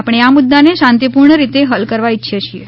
આપણે આ મુદ્દાને શાંતી પુર્ણ રીતે હલ કરવા ઇચ્છીએ છીએ